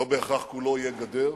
לא בהכרח כולו יהיה גדר,